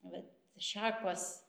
vat šakos